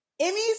emmy's